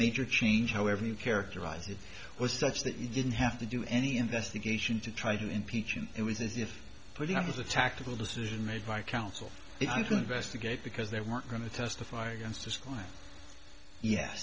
major change however you characterize it was such that you didn't have to do any investigation to try to impeach and it was as if putting on was a tactical decision made by counsel to investigate because they weren't going to testify against his client ye